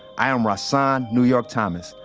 i am rahsaan new york thomas,